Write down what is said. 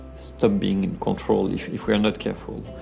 stop being in control if we're not careful.